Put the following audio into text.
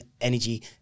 energy